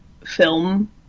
film